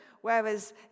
whereas